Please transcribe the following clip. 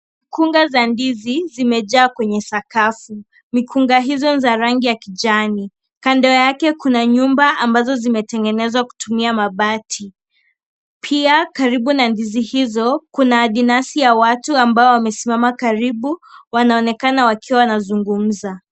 Kunga za ndizi zimejaa kwenye sakafu, mikunga hizo ni za rangi ya kijani, kando yake kuna nyumba ambazo zimetengenezwa kutumia mabati, pia karibu na ndizi hizo kuna adinasi ya watu ambao wamesimama karibu wanaonekana wakiwa wanazungumza.